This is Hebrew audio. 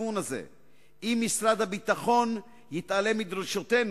משפחות מרוסקות כתוצאה מכך.